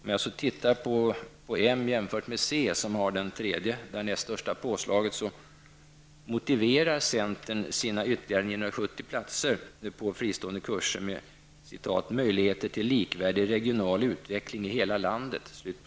Man kan så jämföra moderaternas förslag med centerns, vilket innebär det näst största påslaget.